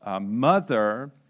mother